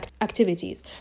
activities